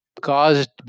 caused